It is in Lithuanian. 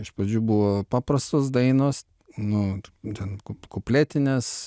iš pradžių buvo paprastos dainos nu ten kup kupletines